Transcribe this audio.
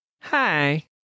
Hi